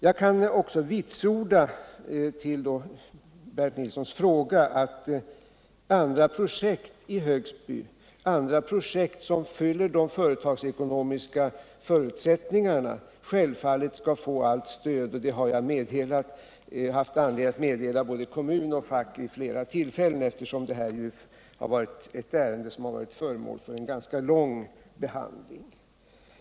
Jag kan också med hänvisning till Bernt Nilssons fråga vitsorda att andra projekt i Högsby, projekt som uppfyller de företagsekonomiska förutsättningarna, självfallet skall få allt stöd — detta har jag haft anledning att meddela både kommun och fack vid flera tillfällen, eftersom detta ärende har varit föremål för en ganska lång behandling.